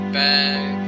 back